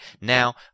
Now